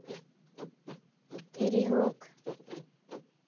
ᱫᱷᱤᱨᱤ ᱦᱳᱠ